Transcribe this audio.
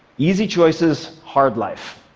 easy choices, hard life.